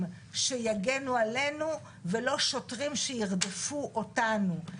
שיגנו עלינו ולא שוטרים שירדפו אותנו.